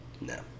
No